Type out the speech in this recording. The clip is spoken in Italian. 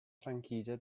franchigia